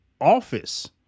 Office